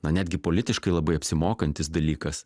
na netgi politiškai labai apsimokantis dalykas